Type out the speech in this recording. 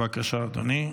אושרה בקריאה הראשונה,